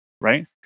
right